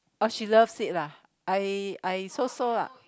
oh she loves it lah I I so so lah